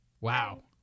Wow